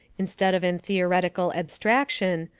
instead of in theoretical abstraction,